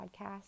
podcast